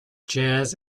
jazz